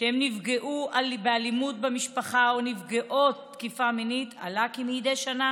שהם נפגעו מאלימות במשפחה או לנפגעות תקיפה מינית עלה כי מדי שנה